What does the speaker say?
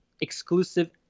exclusive